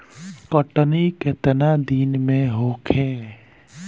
कटनी केतना दिन में होखे?